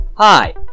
Hi